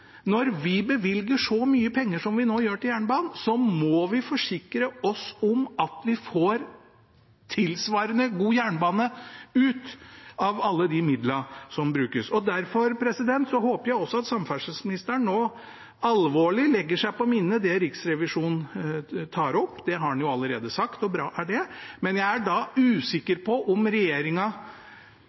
Når vi bevilger så mye penger som vi nå gjør til jernbanen, må vi forsikre oss om at vi får tilsvarende god jernbane ut av alle de midlene som brukes. Derfor håper jeg at samferdselsministeren legger seg alvorlig på minnet det Riksrevisjonen tar opp. Det har han allerede sagt, og bra er det, men jeg er usikker på om